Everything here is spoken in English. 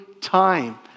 time